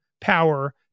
power